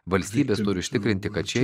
valstybės turi užtikrinti kad šie